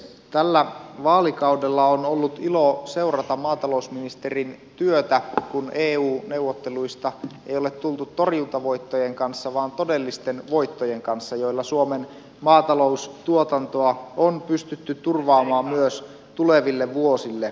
tällä vaalikaudella on ollut ilo seurata maatalousministerin työtä kun eu neuvotteluista ei ole tultu torjuntavoittojen kanssa vaan todellisten voittojen kanssa joilla suomen maataloustuotantoa on pystytty turvaamaan myös tuleville vuosille